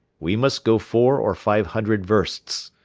we must go four or five hundred versts,